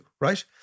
right